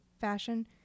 fashion